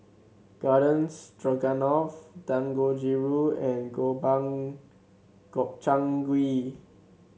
Garden Stroganoff Dangojiru and Gobang Gobchang Gui